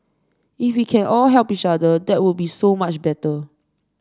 if we can all help each other that would be so much better